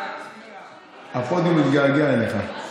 הפודיום התגעגע אליך.